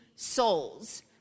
souls